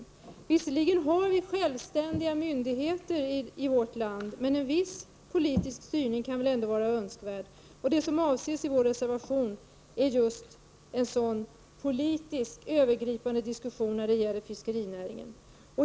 Visserligen har vi självständiga myndigheter i vårt land, men en viss politisk styrning kan väl ändå vara önskvärd. Det som avses i vår reservation är just en sådan politisk övergripande diskussion när det gäller fiskerinäringen.